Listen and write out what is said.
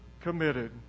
committed